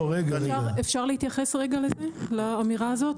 אפשר להתייחס רגע לאמירה הזאת?